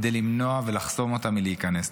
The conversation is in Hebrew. כדי למנוע ולחסום אותם מלהיכנס.